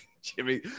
Jimmy